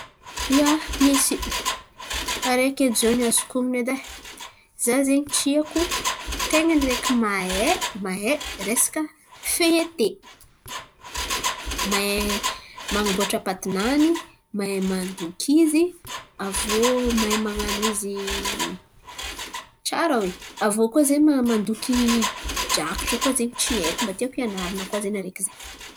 Ia, misy araiky edy ziô ny azoko onon̈o edy e! Za zen̈y tiako ten̈a ny araiky mahay mahay resaka feiete. Mahay man̈amboatra patinany, mahay mandoky izy aviô mahay man̈ano izy tsara oe. Aviô koa zen̈y ma- mandoky drakatra koa zen̈y tsy haiko mba tiako hianaran̈a koa zen̈y araiky zen̈y.